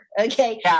Okay